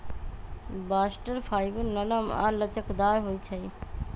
bast fibre नरम आऽ लचकदार होइ छइ